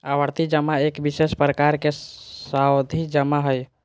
आवर्ती जमा एक विशेष प्रकार के सावधि जमा हइ